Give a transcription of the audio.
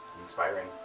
Inspiring